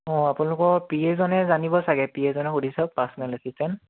অঁ আপোনালোকৰ পি এজনে জানিব চাগে পি এজনক সুধি চাওক পাৰ্চনেল এছিচটেন্ট